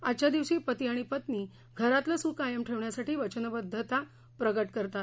आजच्या दिवशी पती आणि पत्नी घरातलं सुख कायम ठेवण्यासाठी वचनबद्धता प्रकट करतात